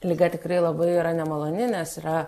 liga tikrai labai yra nemaloni nes yra